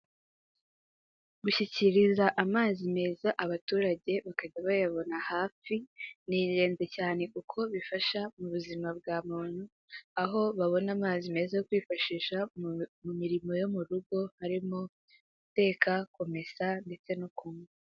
Gushyikiriza amazi meza abaturage bakajya bayabona hafi, ni ingenzi cyane kuko bifasha ubuzima bwa muntu, aho babona amazi meza yo kwifashisha mu mirimo yo mu rugo harimo guteka, kumesa, ndetse no kunywa.